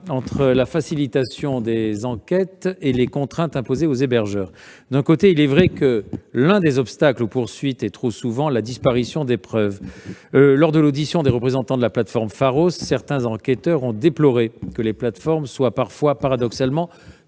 entre la facilitation des enquêtes et les contraintes imposées aux hébergeurs. D'un côté, il est vrai que l'un des obstacles aux poursuites est trop souvent la disparition des preuves. Lors de l'audition des représentants de la plateforme Pharos, certains enquêteurs ont déploré que les plateformes soient parfois, paradoxalement,